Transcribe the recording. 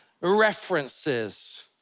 references